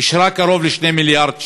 אישרה קרוב ל-2 מיליארד שקל.